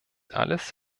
alles